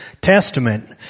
testament